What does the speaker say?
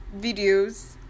videos